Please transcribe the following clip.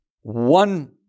one